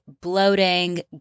bloating